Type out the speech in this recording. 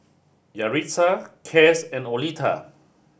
Yaritza Cass and Oleta